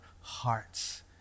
hearts